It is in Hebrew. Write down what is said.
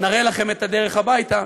נראה לכם את הדרך הביתה,